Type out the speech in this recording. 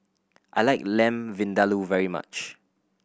I like Lamb Vindaloo very much